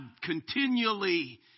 continually